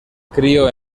crio